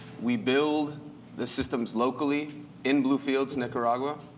we build the systems locally in blue fields, nicaragua,